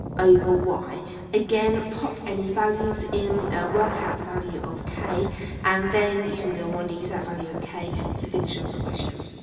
over y again pop any values in work out the value of k and then you can go on to use that value of k to finish of the question